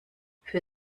für